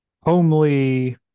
homely